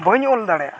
ᱵᱟᱹᱧ ᱚᱞ ᱫᱟᱲᱮᱭᱟᱜᱼᱟ